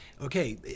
okay